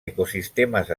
ecosistemes